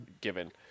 given